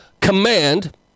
Command